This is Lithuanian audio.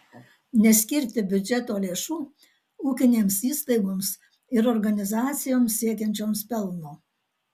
neskirti biudžeto lėšų ūkinėms įstaigoms ir organizacijoms siekiančioms pelno